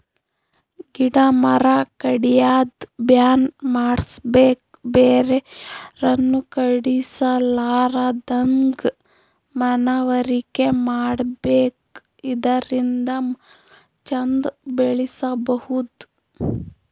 ಗಿಡ ಮರ ಕಡ್ಯದ್ ಬ್ಯಾನ್ ಮಾಡ್ಸಬೇಕ್ ಬೇರೆ ಯಾರನು ಕಡಿಲಾರದಂಗ್ ಮನವರಿಕೆ ಮಾಡ್ಬೇಕ್ ಇದರಿಂದ ಮರ ಚಂದ್ ಬೆಳಸಬಹುದ್